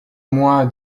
moins